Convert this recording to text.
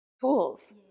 Tools